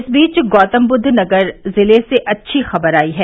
इस बीच गौतमबुद्ध नगर जिले से अच्छी खबर आयी है